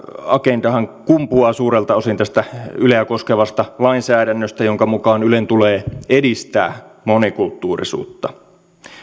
agendahan kumpuaa suurelta osin tästä yleä koskevasta lainsäädännöstä jonka mukaan ylen tulee edistää monikulttuurisuutta